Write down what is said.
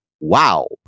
Wow